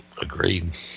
agreed